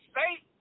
State